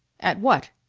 at what?